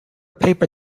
paper